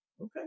okay